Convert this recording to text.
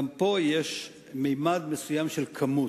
גם פה יש ממד מסוים של כמות.